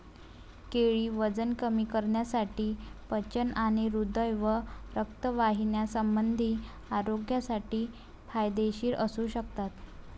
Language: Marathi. केळी वजन कमी करण्यासाठी, पचन आणि हृदय व रक्तवाहिन्यासंबंधी आरोग्यासाठी फायदेशीर असू शकतात